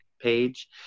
page